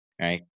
right